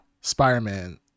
spider-man